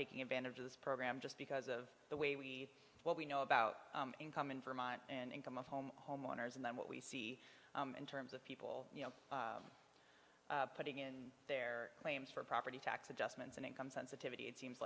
taking advantage of this program just because of the way we what we know about income in vermont and income of home homeowners and then what we see in terms of people you know putting in their claims for property tax adjustments and income sensitivity it seems